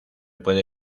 puede